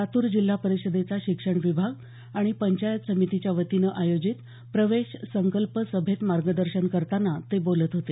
लातूर जिल्हा परिषदेचा शिक्षण विभाग आणि पंचायत समितीच्या वतीनं आयोजित प्रवेश संकल्प सभेत मार्गदर्शन करतांना ते बोलत होते